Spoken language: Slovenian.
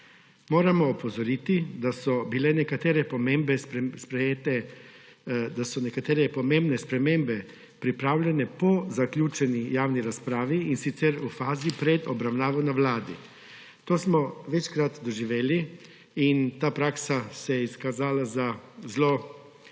Moramo opozoriti, da so nekatere pomembne spremembe pripravljene po zaključeni javni razpravi, in sicer v fazi pred obravnavo na Vladi – to smo večkrat doživeli in ta praksa se je izkazala za zelo slabo